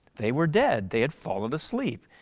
they were dead, they had fallen asleep.